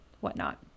whatnot